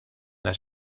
las